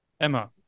Emma